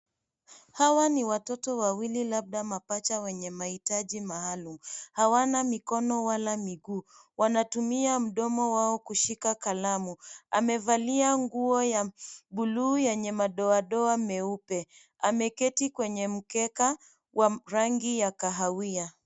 Hawa ni watoto wawili labda mapaja wenye mahitaji maalum. Hawana mikono wala miguu. Wanatumia mdomo wao kushika kalamu. Amevalia nguo ya buluu yenye madoadoa meupe. Ameketi kwenye mkeka wa rangi ya kahawia.